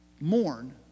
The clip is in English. mourn